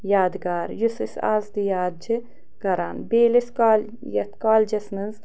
یادگار یُس اَسہِ آز تہِ یاد چھِ کَران بیٚیہِ ییٚلہِ أسۍ کالہِ یَتھ کالجَس منٛز